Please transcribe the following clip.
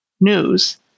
news